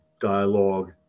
dialogue